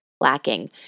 lacking